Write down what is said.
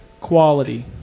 quality